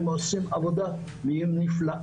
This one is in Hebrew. הן עושות עבודה נפלאה,